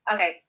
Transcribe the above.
Okay